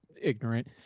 ignorant